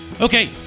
Okay